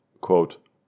quote